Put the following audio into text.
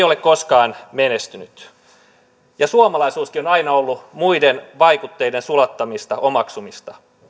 ole koskaan menestynyt suomalaisuuskin on aina ollut muiden vaikutteiden sulattamista omaksumista